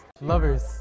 Lovers